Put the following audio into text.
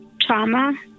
trauma